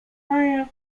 higher